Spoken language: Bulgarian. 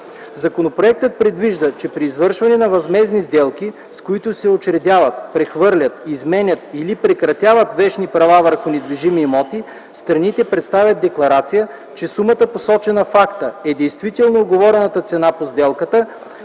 Законопроектът предвижда, че при извършване на възмездни сделки, с които се учредяват, прехвърлят, изменят или прекратяват вещни права върху недвижими имоти, страните представят декларация, че сумата, посочена в акта, е действително уговорената цена по сделката,